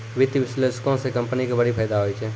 वित्तीय विश्लेषको से कंपनी के बड़ी फायदा होय छै